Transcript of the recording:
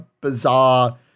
bizarre